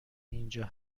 اینجا